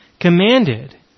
commanded